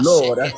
Lord